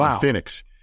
Phoenix